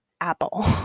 Apple